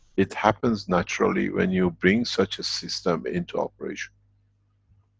it happens naturally when you bring such a system into operation